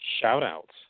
shout-outs